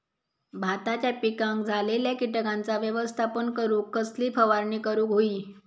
भाताच्या पिकांक झालेल्या किटकांचा व्यवस्थापन करूक कसली फवारणी करूक होई?